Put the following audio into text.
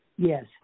Yes